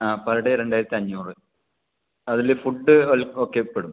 ആ per day രണ്ടായിരത്തഞ്ഞൂറ് അതിൽ ഫുഡ് ഒ ഒക്കെ പെടും